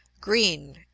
green